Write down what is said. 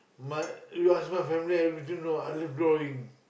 my you ask my family everything no I love drawing